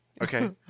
Okay